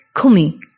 Kumi